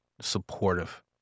supportive